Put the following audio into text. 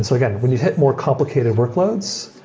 so again, when you hit more complicated workloads,